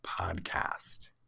Podcast